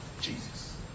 Jesus